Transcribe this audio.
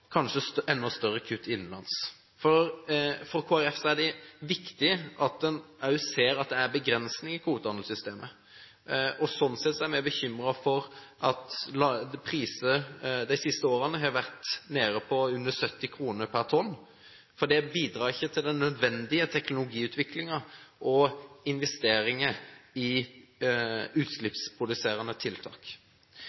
kanskje enda større kutt innenlands. For Kristelig Folkeparti er det viktig at en også ser at det er begrensninger i kvotehandelssystemet. Sånn sett er vi bekymret for at prisen de siste årene har vært nede på under 70 kr per tonn, for det bidrar ikke til den nødvendige teknologiutvikling og investeringer i